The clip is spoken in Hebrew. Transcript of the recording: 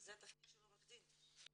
זה תפקיד של עורך דין.